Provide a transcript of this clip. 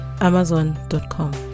Amazon.com